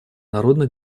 народно